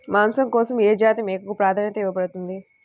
మాంసం కోసం ఏ జాతి మేకకు ప్రాధాన్యత ఇవ్వబడుతుంది?